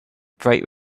bright